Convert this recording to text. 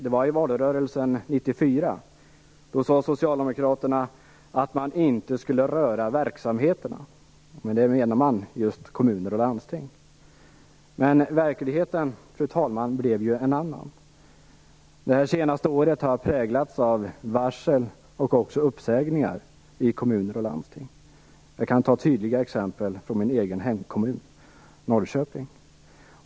Det var i valrörelsen 1994. Då sade socialdemokraterna att man inte skulle röra verksamheterna. Med det menade man just kommuner och landsting. Men, fru talman, verkligheten blev ju en annan. Det senaste året har präglats av varsel och också uppsägningar i kommuner och landsting. Jag kan ta tydliga exempel från min egen hemkommun Norrköping.